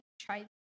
try